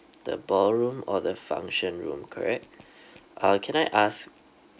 the ballroom or the function room correct uh can I ask